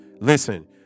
listen